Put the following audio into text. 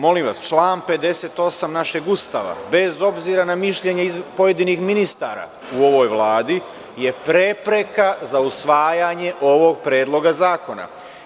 Molim vas, član 58. našeg Ustava, bez obzira na mišljenje pojedinih ministara u ovoj Vladi je prepreka za usvajanje ovog Predloga zakona.